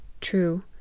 True